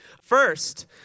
First